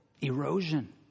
Erosion